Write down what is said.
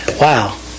Wow